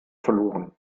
verloren